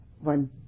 One